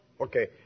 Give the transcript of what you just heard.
Okay